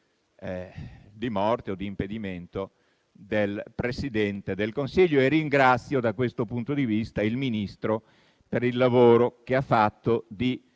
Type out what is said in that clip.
di morte o di impedimento del Presidente del Consiglio. Ringrazio da questo punto di vista il Ministro per il lavoro di